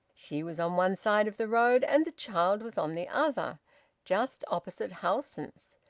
she was on one side of the road, and the child was on the other just opposite howson's.